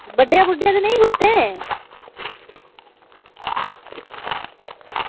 बड्डेआ ते नेईं कुत्तें